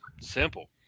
Simple